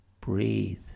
Breathe